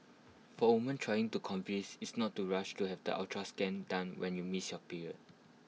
for woman trying to convince is not to rush to have the ultrasound scan done when you miss your period